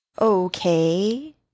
Okay